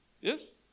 Yes